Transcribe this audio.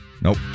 Nope